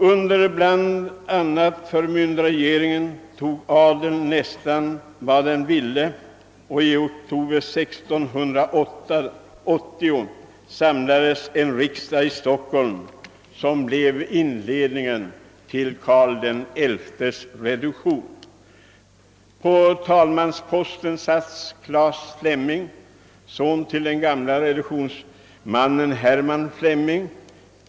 Under bl.a. förmyndarregeringen tog adeln nästan vad den ville, men i oktober 1680 samlades en riksdag i Stockholm som blev inledningen till Karl XI:s reduktion. Talmansposten innehades av Claes Fleming, son till den gamle reduktionsmannen Herman Fleming.